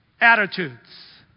attitudes